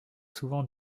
souvent